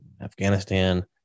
Afghanistan